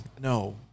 No